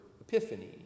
epiphany